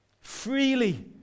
Freely